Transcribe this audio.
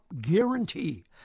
guarantee